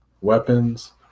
weapons